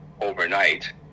overnight